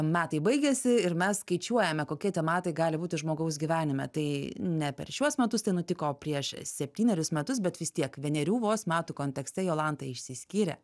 metai baigėsi ir mes skaičiuojame kokie tie metai gali būti žmogaus gyvenime tai ne per šiuos metus tai nutiko prieš septynerius metus bet vis tiek vienerių vos metų kontekste jolanta išsiskyrė